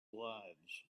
lives